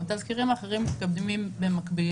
התזכירים האחרים מתקדמים במקביל.